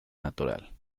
natural